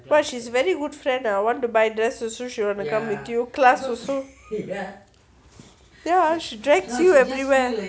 but she's very good friend lah I want to buy dresses she want to come with you class also ya she drags you everywhere